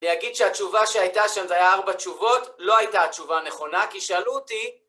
להגיד שהתשובה שהייתה שם, זה היה ארבע תשובות, לא הייתה התשובה נכונה, כי שאלו אותי...